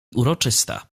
uroczysta